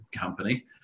company